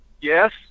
Yes